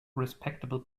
respectable